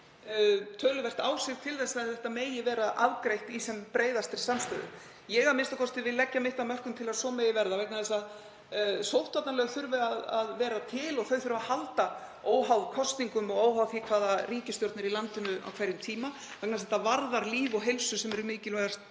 töluvert á sig til að þetta mál megi afgreiða í sem breiðastri samstöðu. Ég vil a.m.k. leggja mitt af mörkum til að svo megi verða, vegna þess að sóttvarnalög þurfa að vera til og þau þurfa að halda, óháð kosningum og óháð því hvaða ríkisstjórn er í landinu á hverjum tíma. Þetta varðar líf og heilsu sem eru mikilvægustu